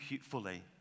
fully